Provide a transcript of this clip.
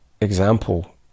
example